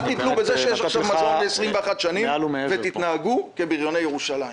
אל תיתלו בזה שיש מזון עכשיו ל-21 שנים ותתנהגו כביריוני ירושלים.